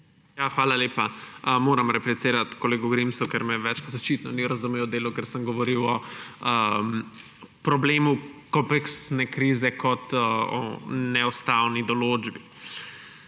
Hvala lepa. Moram replicirati. Tako govorim, zato ker me več kot očitno ni razumel v delu, ker sem govoril o problemu kompleksne krize kot o neustavni določbi.